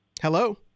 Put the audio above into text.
Hello